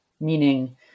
meaning